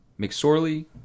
McSorley